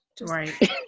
Right